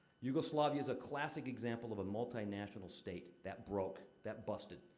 yugoslavia is a classic example of a multinational state that broke, that busted.